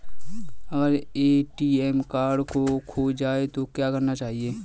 अगर ATM card खो जाए तो क्या करना चाहिए?